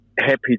happy